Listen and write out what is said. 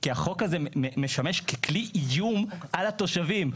כי החוק הזה משמש ככלי איום על התושבים.